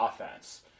offense